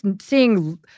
seeing